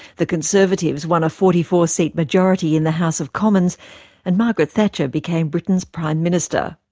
the conservatives won a forty four seat majority in the house of commons and margaret thatcher became britain's prime minister.